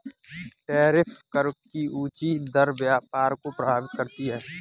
tariff कर की ऊँची दर व्यापार को प्रभावित करती है